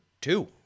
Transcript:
two